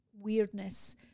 weirdness